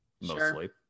mostly